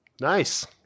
Nice